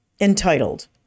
entitled